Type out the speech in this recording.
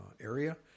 area